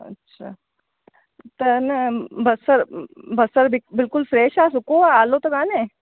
अच्छा त न बसर बसर बिल्कुल फ्रेश आहे सुको आहे आलो त कोन्हे